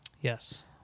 Yes